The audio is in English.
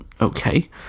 okay